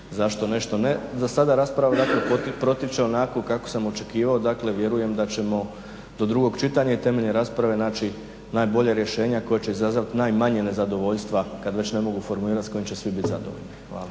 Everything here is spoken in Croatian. zašto nešto ne. Za sada rasprava dakle protiče onako kako sam očekivao, dakle vjerujem da ćemo do drugog čitanja i temeljem rasprave naći najbolja rješenja koja će izazvati najmanje nezadovoljstva kada već ne mogu formulirati s kojim će svi biti zadovoljni. Hvala.